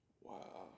Wow